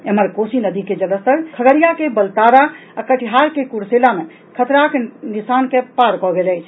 एम्हर कोसी नदी के जलस्तर खगड़िया के बलतारा आ कटिहार के कुर्सेला मे खतराक निशान के पार कऽ गेल अछि